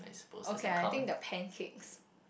okay I think the pancakes